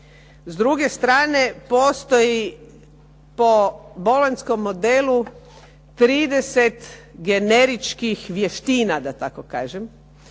S druge strane postoji po Bolonjskom modelu 30 generičkih vještina da tako kažem,